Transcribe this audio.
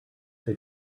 they